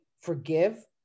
forgive